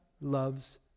loves